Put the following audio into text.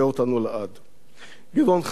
גדעון חסר לי, הוא חסר לנו,